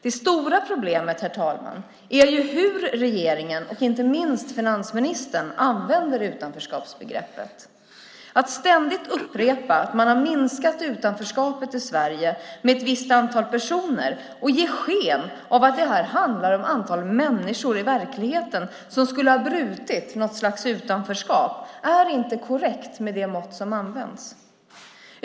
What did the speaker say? Det stora problemet är hur regeringen och inte minst finansministern använder utanförskapsbegreppet. Att ständigt upprepa att man har minskat utanförskapet i Sverige med ett visst antal personer och ge sken av att det handlar om antalet människor i verkligheten som skulle ha brutit något slags utanförskap är inte korrekt med det mått som används.